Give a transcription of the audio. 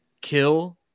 kill